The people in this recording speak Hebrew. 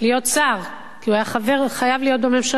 להיות שר כי הוא היה חייב להיות בממשלה,